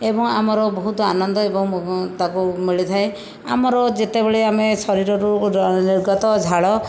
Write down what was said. ଏବଂ ଆମର ବହୁତ ଆନନ୍ଦ ଏବଂ ତାକୁ ମିଳିଥାଏ ଆମର ଯେତେବେଳେ ଆମେ ଶରୀରରୁ ନିର୍ଗତ ଝାଳ